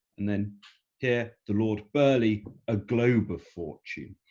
and then here the lord burghley a globe of fortune.